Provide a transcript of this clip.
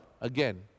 again